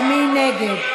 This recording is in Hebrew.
ומי נגד?